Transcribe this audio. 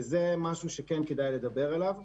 וזה משהו שכן כדאי לדבר עליו.